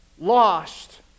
lost